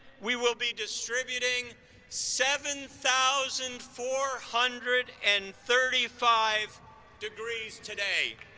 we will be distributing seven thousand four hundred and thirty five degrees today!